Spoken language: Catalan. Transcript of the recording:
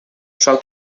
sol